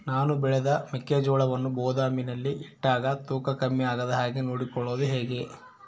ನಾನು ಬೆಳೆದ ಮೆಕ್ಕಿಜೋಳವನ್ನು ಗೋದಾಮಿನಲ್ಲಿ ಇಟ್ಟಾಗ ತೂಕ ಕಮ್ಮಿ ಆಗದ ಹಾಗೆ ಮಾಡೋದು ಹೇಗೆ?